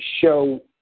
show